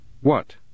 What